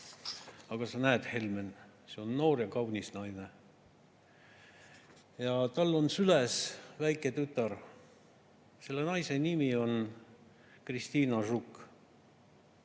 Aga sa näed, Helmen, see on noor ja kaunis naine, kellel on süles väike tütar. Selle naise nimi on Kristina Žuk